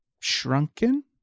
shrunken